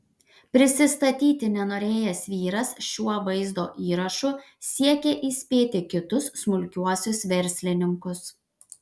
prisistatyti nenorėjęs vyras šiuo vaizdo įrašu siekia įspėti kitus smulkiuosius verslininkus